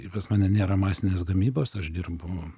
pas mane nėra masinės gamybos aš dirbu